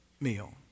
meal